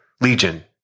Legion